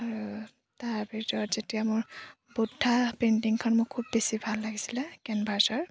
আৰু তাৰ ভিতৰত যেতিয়া মোৰ বৌদ্ধা পেইণ্টিংখন মোৰ খুব বেছি ভাল লাগিছিলে কেনভাছৰ